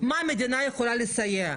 במה המדינה יכולה לסייע.